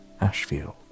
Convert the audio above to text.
Ashfield